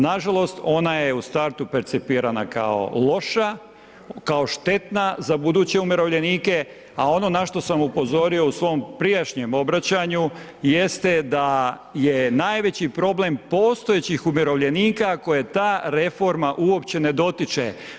Nažalost ona je u startu percipirana kao loša, kao štetna za buduće umirovljenike, a ono na što sam upozorio u svom prijašnjem obraćanju jeste da je najveći problem postojećih umirovljenika koje ta reforma uopće ne dotiče.